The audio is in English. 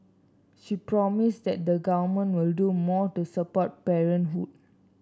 she promised that the Government will do more to support parenthood